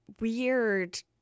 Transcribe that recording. weird